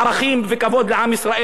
ומה שקורה זה ההיפך.